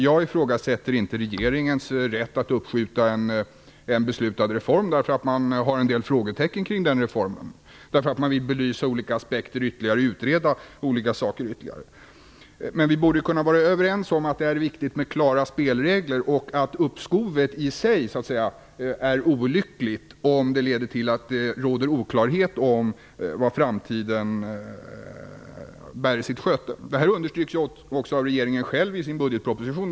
Jag ifrågasätter inte regeringens rätt att uppskjuta en beslutad reform därför att man har en del frågetecken kring den reformen, därför att man vill belysa olika aspekter ytterligare och utreda olika saker ytterligare. Men vi borde kunna vara överens om att det är viktigt med klara spelregler och att uppskovet i sig är olyckligt om det leder till att det råder oklarhet om vad framtiden bär i sitt sköte. Detta understryks också av regeringen själv i dess budgetproposition.